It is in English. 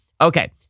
Okay